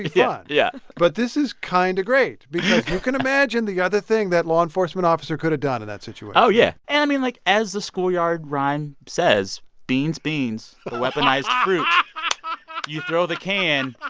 yeah yeah but this is kind of great because you can imagine the other thing that law enforcement officer could have done in that situation oh, yeah. and i mean, like, as the schoolyard rhyme says, beans, beans, the weaponized fruit and you throw the can,